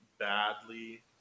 badly